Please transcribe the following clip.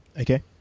Okay